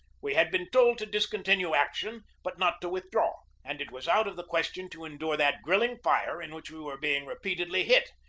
we had been told to discontinue action, but not to withdraw and it was out of the question to endure that grilling fire in which we were being repeatedly hit.